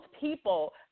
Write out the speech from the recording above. people